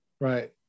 Right